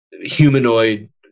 humanoid